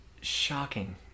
shocking